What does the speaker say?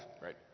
Right